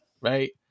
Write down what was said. right